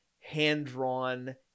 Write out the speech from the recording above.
hand-drawn